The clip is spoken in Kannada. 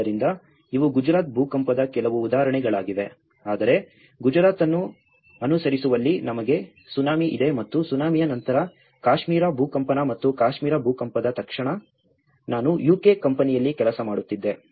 ಆದ್ದರಿಂದ ಇವು ಗುಜರಾತ್ ಭೂಕಂಪದ ಕೆಲವು ಉದಾಹರಣೆಗಳಾಗಿವೆ ಆದರೆ ಗುಜರಾತ್ ಅನ್ನು ಅನುಸರಿಸುವಲ್ಲಿ ನಮಗೆ ಸುನಾಮಿ ಇದೆ ಮತ್ತು ಸುನಾಮಿಯ ನಂತರ ಕಾಶ್ಮೀರ ಭೂಕಂಪನ ಮತ್ತು ಕಾಶ್ಮೀರ ಭೂಕಂಪದ ತಕ್ಷಣ ನಾನು UK ಕಂಪನಿಯಲ್ಲಿ ಕೆಲಸ ಮಾಡುತ್ತಿದ್ದೆ